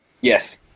Yes